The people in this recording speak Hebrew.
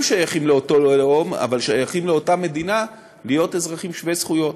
שייכים לאותו לאום אבל שייכים לאותה מדינה להיות אזרחים שווי זכויות.